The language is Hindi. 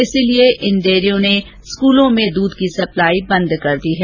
इसलिए इन डेयरियों ने स्कूलों में दूध की सप्लाई बंद कर दी है